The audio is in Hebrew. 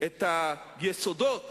את היסודות